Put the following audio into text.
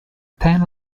ten